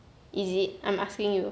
is it I'm asking you